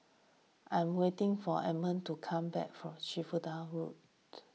I'm waiting for Edmond to come back from Shenvood Road